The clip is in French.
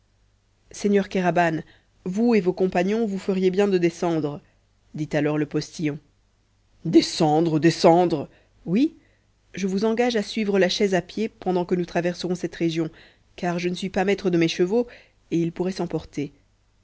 seigneur kéraban vous et vos compagnons vous feriez bien de descendre dit alors le postillon descendre descendre oui je vous engage à suivre la chaise à pied pendant que nous traverserons cette région car je ne suis pas maître de mes chevaux et ils pourraient s'emporter